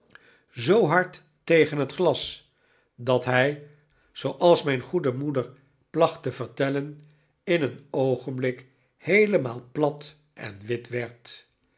zoo hard tegen het glas dat hij zooals mijn goede moeder placht te vertellen in een oogenblik heelemaal plat en wit werd